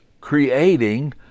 creating